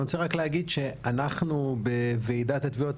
אני רוצה רק להגיד שאנחנו בוועידת התביעות,